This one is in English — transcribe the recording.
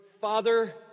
father